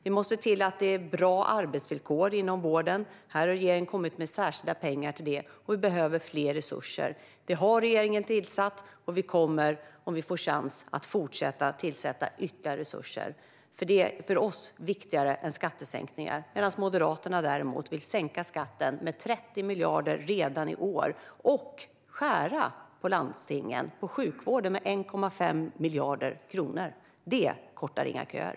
Vi måste se till att det är bra arbetsvillkor inom vården, och där har regeringen kommit med särskilda pengar. Vi behöver mer resurser, och det har regeringen tillfört. Vi kommer, om vi får chansen, att fortsätta att tillföra ytterligare resurser. För oss är detta viktigare än skattesänkningar. Moderaterna, däremot, vill sänka skatten med 30 miljarder redan i år och skära ned på landstingen och sjukvården med 1,5 miljarder kronor. Det kortar inga köer.